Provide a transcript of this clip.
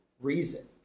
reason